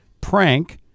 prank